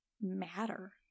matter